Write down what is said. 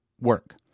work